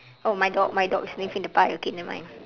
oh my dog my dog is sniffing the pie okay never mind